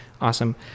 Awesome